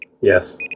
Yes